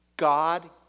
God